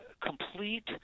complete